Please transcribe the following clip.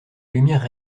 lumière